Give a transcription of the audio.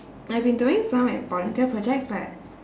I've been doing some like volunteer projects but